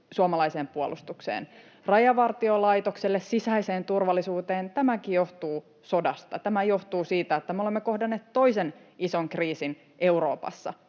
suomalaiseen puolustukseen, Rajavartiolaitokselle, sisäiseen turvallisuuteen — tämäkin johtuu sodasta. Tämä johtuu siitä, että me olemme kohdanneet toisen ison kriisin Euroopassa.